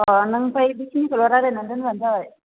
अह नों ओमफ्राय बेखिनिखौल' रायज्लायनानै दोनबानो जाबाय